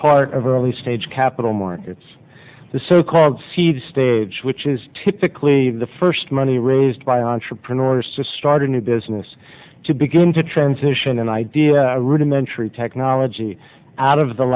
part of early stage capital markets the so called seed stage which is typically the first money raised by entrepreneurs to start a new business to begin to transition an idea rudimentary technology out of the